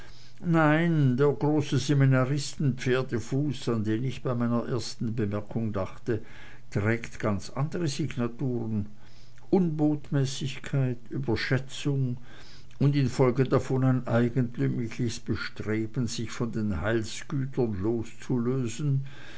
nein der große seminaristenpferdefuß an den ich bei meiner ersten bemerkung dachte trägt ganz andere signaturen unbotmäßigkeit überschätzung und infolge davon ein eigentümliches bestreben sich von den heilsgütern loszulösen